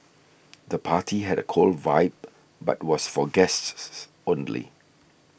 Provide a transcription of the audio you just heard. the party had a cool vibe but was for guests only